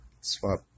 swap